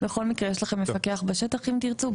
בכל מקרה יש לכם מפקח בשטח אם תרצו,